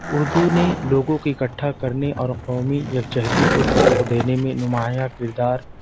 اردو نے لوگوں کی اکٹھا کرنے اور قومی یکجہتی کو فروغ دینے میں نمایا کردار